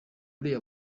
uriya